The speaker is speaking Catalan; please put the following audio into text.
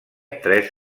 tres